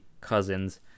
cousins